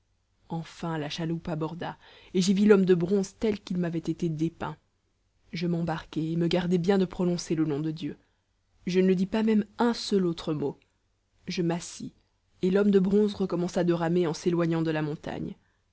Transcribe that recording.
enfin la chaloupe aborda et j'y vis l'homme de bronze tel qu'il m'avait été dépeint je m'embarquai et me gardai bien de prononcer le nom de dieu je ne dis pas même un seul autre mot je m'assis et l'homme de bronze recommença de ramer en s'éloignant de la montagne